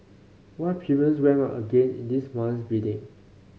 why premiums went up again in this month's bidding